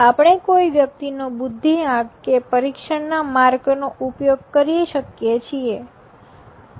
આપણે કોઈ વ્યક્તિનો બુદ્ધિઆંક કે પરિક્ષણના માર્કનો ઉપયોગ કરી શકીએ છીએ